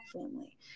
family